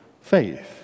faith